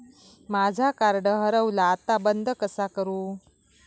माझा कार्ड हरवला आता बंद कसा करू?